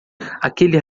aquele